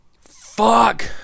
fuck